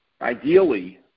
ideally